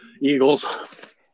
Eagles